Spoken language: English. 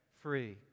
free